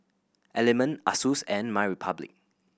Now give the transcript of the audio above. Element Asus and MyRepublic